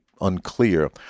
unclear